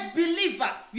believers